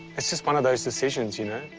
it's just one of those decisions, you know?